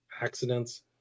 accidents